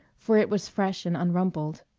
for it was fresh and unrumpled.